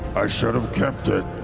i should've kept it.